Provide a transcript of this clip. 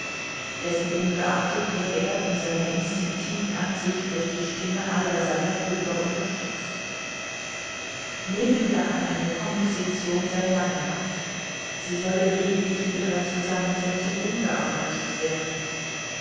dessenungeachtet wird er in seiner instinktiven ansicht durch die stimme aller seiner brüder unterstützt nehmen wir an eine komposition sei mangelhaft sie solle lediglich in ihrer zusammensetzung umgearbeitet werden